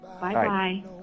Bye-bye